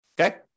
Okay